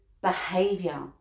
behavior